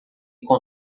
com